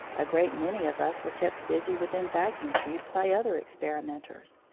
a great many of us were kept busy within vacuum tubes by other experimenters,